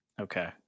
Okay